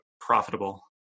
profitable